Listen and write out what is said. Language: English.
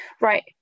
right